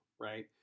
right